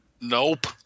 Nope